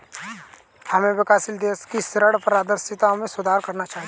हमें विकासशील देशों की ऋण पारदर्शिता में सुधार करना चाहिए